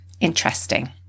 interesting